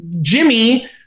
Jimmy